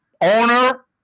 owner